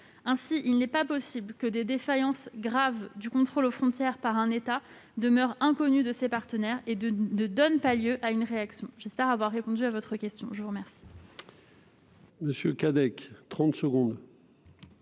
Ainsi, il n'est pas possible que des défaillances graves du contrôle aux frontières par un État demeurent inconnues de ses partenaires et ne donnent pas lieu à une réaction. Monsieur le sénateur, j'espère avoir répondu à votre question. La parole